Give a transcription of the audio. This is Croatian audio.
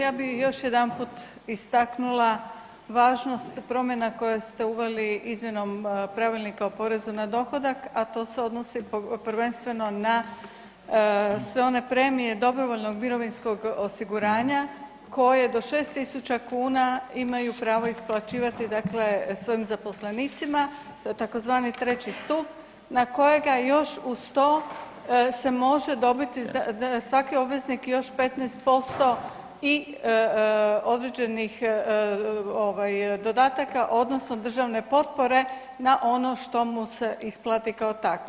Ja bih još jedanput istaknula važnost promjena koje ste uveli izmjenom Pravilnika o porezu na dohodak, a to se odnosi prvenstveno na sve one premijer dobrovoljnog mirovinskog osiguranja koje do 6 tisuća kuna imaju pravo isplaćivati dakle svojim zaposlenicima tzv. treći stup na kojega još uz to se može dobiti, svaki obveznik još 15% i određenih ovaj, dodataka, odnosno državne potpore na ono što mu se isplati kao takvo.